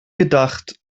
gedacht